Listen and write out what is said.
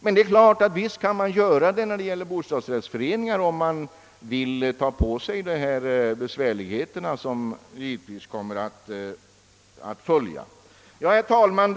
Men det är klart att man kan göra en utredning rörande bostadsrättsföreningar, om man vill ta på sig de besvärligheter som givetvis kommer att bli följden. Herr talman!